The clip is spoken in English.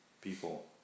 people